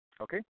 Okay